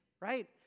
right